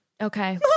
Okay